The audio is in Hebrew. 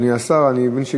תודה רבה לך, אדוני השר.